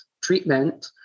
treatment